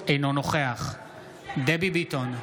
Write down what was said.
אינו נוכח דבי ביטון,